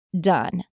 done